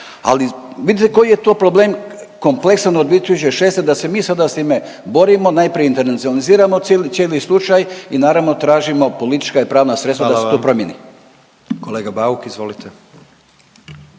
ali vidite koji je to problem kompleksan od 2006. da se mi sada s time borimo, najprije internacionaliziramo cijeli slučaj i naravno tražimo politička i pravna sredstva … …/Upadica predsjednik: Hvala vam./… … da se to promijeni.